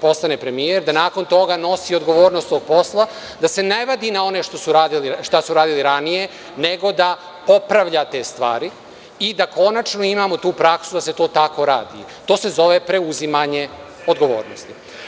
postane premijer, da nakon toga nosi odgovornost tog posla, da se ne vadi na one šta su radili ranije, nego da popravlja te stvari i da konačno imamo tu praksu da se to tako radi. to se zove preuzimanje odgovornosti.